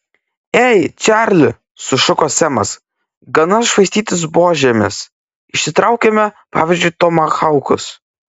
ei čarli sušuko semas gana švaistytis buožėmis išsitraukiame pavyzdžiui tomahaukus